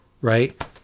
right